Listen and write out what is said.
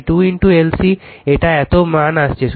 তাই 2L C এটা এত মান আসছে